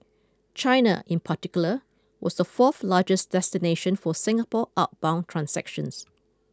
China in particular was the fourth largest destination for Singapore outbound transactions